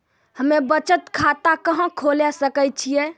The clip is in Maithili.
हम्मे बचत खाता कहां खोले सकै छियै?